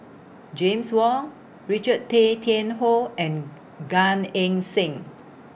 James Wong Richard Tay Tian Hoe and Gan Eng Seng